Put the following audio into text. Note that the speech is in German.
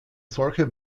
solche